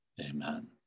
Amen